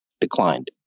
declined